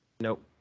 Nope